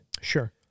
Sure